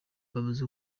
babuze